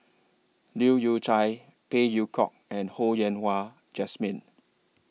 Leu Yew Chye Phey Yew Kok and Ho Yen Wah Jesmine